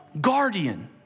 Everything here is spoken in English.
guardian